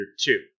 two